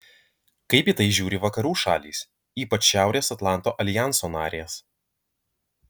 kaip į tai žiūri vakarų šalys ypač šiaurės atlanto aljanso narės